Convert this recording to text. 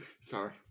Sorry